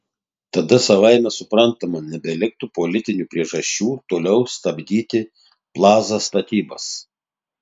tada savaime suprantama nebeliktų politinių priežasčių toliau stabdyti plaza statybas